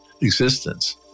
existence